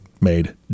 made